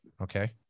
okay